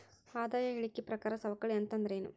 ಆದಾಯ ಹೇಳಿಕಿ ಪ್ರಕಾರ ಸವಕಳಿ ಅಂತಂದ್ರೇನು?